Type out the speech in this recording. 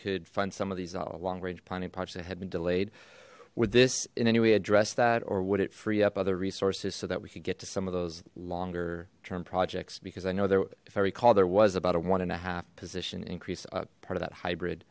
could fund some of these long range planning projects that had been delayed with this in any way address that or would it free up other resources so that we could get to some of those longer term projects because i know there if i recall there was about a one and a half position increase part of that hybrid